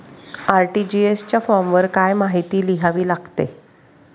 RTGS च्या फॉर्मवर काय काय माहिती लिहावी लागते?